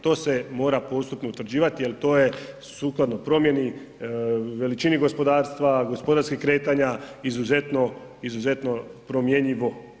To se mora postupno utvrđivati jer to je sukladno promjeni, veličini gospodarstva, gospodarskih kretanja, izuzetno, izuzetno promjenjivo.